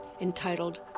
entitled